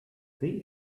they